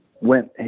went